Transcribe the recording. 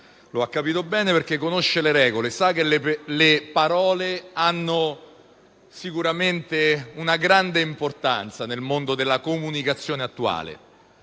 lo ha capito bene perché conosce le regole. Sa che le parole hanno sicuramente una grande importanza nel mondo della comunicazione attuale.